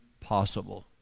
possible